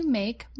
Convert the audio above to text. make